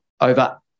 Over